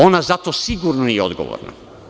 Ona za to sigurno nije odgovorna.